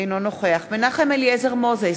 אינו נוכח מנחם אליעזר מוזס,